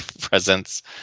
Presence